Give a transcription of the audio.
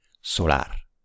Solar